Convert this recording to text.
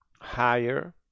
higher